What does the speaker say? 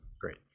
Great